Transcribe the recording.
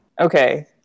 Okay